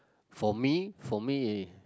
for me for me